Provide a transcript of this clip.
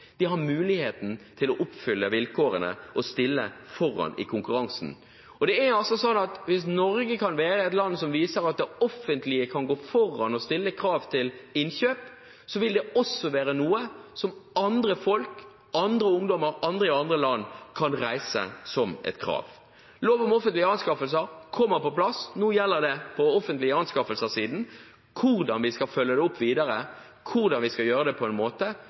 de har muligheten til å oppfylle vilkårene og stille foran i konkurransen. Hvis Norge kan være et land som viser at det offentlige går foran og stiller krav til innkjøp, vil dette være noe som også andre folk, ungdommer, folk i andre land kan reise som krav. Lov om offentlige anskaffelser kommer på plass. Fra offentlige-anskaffelser-siden handler det nå om hvordan man skal følge det opp videre, hvordan man skal gjøre det på en måte